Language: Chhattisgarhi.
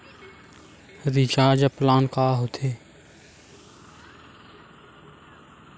रिचार्ज प्लान का होथे?